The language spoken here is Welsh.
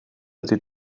ydy